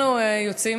אנחנו יוצאים